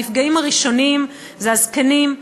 הנפגעים הראשונים זה הזקנים,